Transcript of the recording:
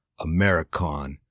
Americon